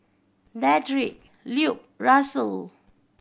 Dedrick Lupe Russell